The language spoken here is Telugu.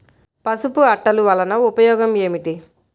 పసుపు అట్టలు వలన ఉపయోగం ఏమిటి?